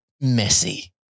messy